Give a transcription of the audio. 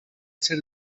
ser